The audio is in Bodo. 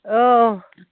औ